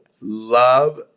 love